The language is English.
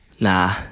Nah